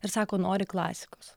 ir sako nori klasikos